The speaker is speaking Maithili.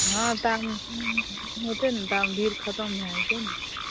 हॅं ताबैत होतै न ताबे भीड़ खतम भऽ जेतै